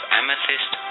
amethyst